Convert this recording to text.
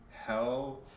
Hell